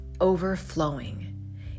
overflowing